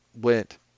went